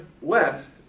west